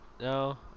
no